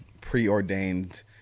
preordained